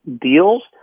deals